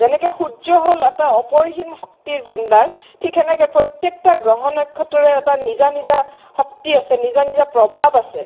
যেনেকৈ সূৰ্য হ'ল এটা অপৰিসীম শক্তিৰ ভাণ্ডাৰ ঠিক সেনেক প্ৰত্যেকটোগ্ৰহ নক্ষত্ৰৰে এটা নিজা নিজা শক্তি আছে নিজা নিজা প্ৰভাৱ আছে